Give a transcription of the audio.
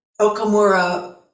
Okamura